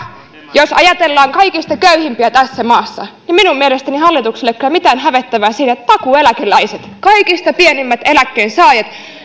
jos ajatellaan kaikista köyhimpiä tässä maassa niin minun mielestäni hallituksella ei ole kyllä mitään hävettävää siinä että takuueläkeläiset kaikista pienimpien eläkkeiden saajat